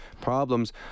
problems